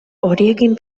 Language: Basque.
horiekin